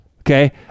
okay